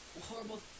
Horrible